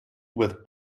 with